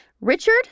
Richard